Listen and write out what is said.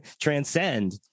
transcend